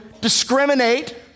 discriminate